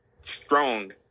strong